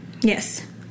Yes